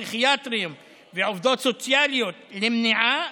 פסיכיאטרים ועובדות סוציאליות למניעה,